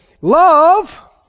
Love